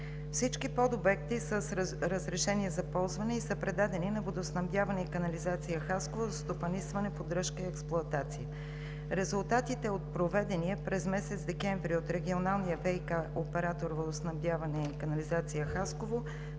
Всички подобекти са с разрешение за ползване и са предадени на „Водоснабдяване и канализация“ – Хасково, за стопанисване, поддръжка и експлоатация. Резултатите от проведения през месец декември от регионалния ВиК оператор „Водоснабдяване и канализация“ – Хасково,